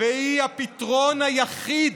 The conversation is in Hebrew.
והיא הפתרון היחיד,